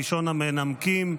ראשון המנמקים,